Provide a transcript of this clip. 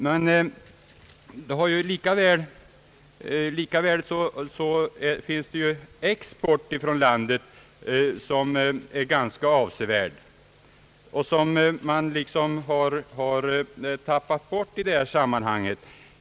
Men det förekommer också en ganska avsevärd export från landet, vilket man liksom har tappat bort i detta sammanhang.